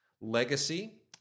Legacy